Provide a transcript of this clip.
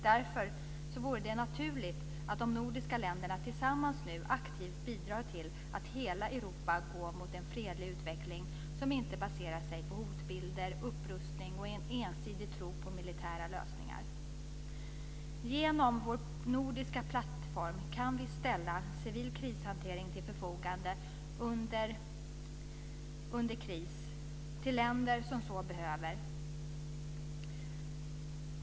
Därför vore det naturligt att de nordiska länderna tillsammans nu aktivt bidrar till att hela Europa går mot en fredlig utveckling som inte baserar sig på hotbilder, upprustning och en ensidig tro på militära lösningar. Genom vår nordiska plattform kan vi ställa civil krishantering till förfogande till länder som så behöver.